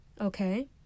okay